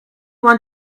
want